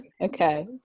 Okay